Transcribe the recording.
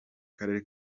karere